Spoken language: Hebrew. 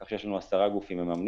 כך שיש לנו עשרה גופים מממנים.